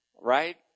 right